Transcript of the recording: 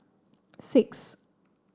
six